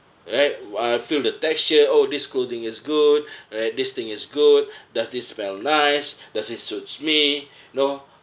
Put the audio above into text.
right uh feel the texture oh this clothing is good right this thing is good does this smell nice does this suits me you know